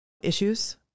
issues